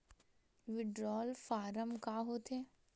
Withdrawal form का होथे?